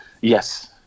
Yes